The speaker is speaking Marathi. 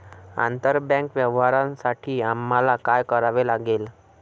आंतरबँक व्यवहारांसाठी आम्हाला काय करावे लागेल?